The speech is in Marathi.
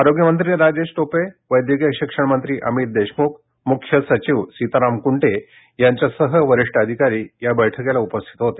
आरोग्यमंत्री राजेश टोपे वैद्यकीय शिक्षण मंत्री अमित देशमुख मुख्य सचिव सीताराम कुंटे यांच्यासह वरिष्ठ अधिकारी या बैठकीला उपस्थित होते